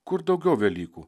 kur daugiau velykų